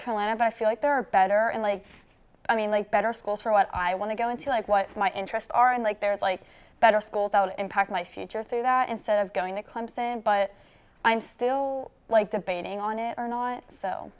carolina but i feel like there are better and like i mean like better schools for what i want to go into like what's my interest are in like there's like better schools out impact my future through that instead of going to clemson but i'm still like debating on it or not so